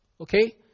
Okay